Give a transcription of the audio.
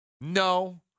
no